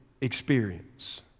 experience